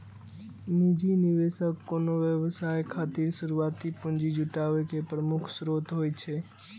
निजी निवेशक कोनो व्यवसाय खातिर शुरुआती पूंजी जुटाबै के प्रमुख स्रोत होइ छै